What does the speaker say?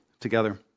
together